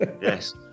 Yes